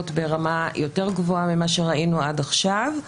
ברמה יותר גבוהה ממה שראינו עד עכשיו.